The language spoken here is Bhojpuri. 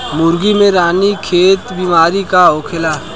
मुर्गी में रानीखेत बिमारी का होखेला?